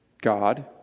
God